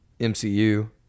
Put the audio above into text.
MCU